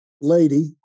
lady